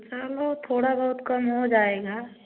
चलो थोड़ा बहुत कम हो जाएगा